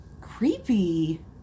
Creepy